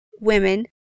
women